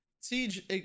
Siege